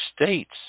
states